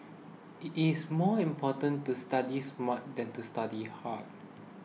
it is more important to study smart than to study hard